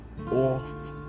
off